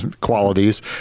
qualities